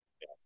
Yes